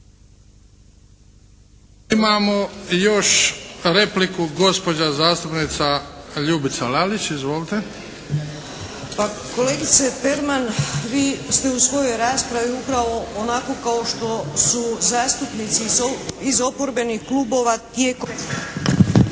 Imamo još repliku, gospođa zastupnica Ljubica Lalić. Izvolite. **Lalić, Ljubica (HSS)** Pa kolegice Perman, vi ste u svojoj raspravi upravo onako kao što su zastupnici iz oporbenih klubova tijekom